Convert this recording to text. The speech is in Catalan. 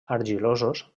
argilosos